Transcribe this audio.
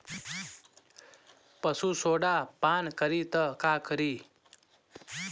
पशु सोडा पान करी त का करी?